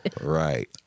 right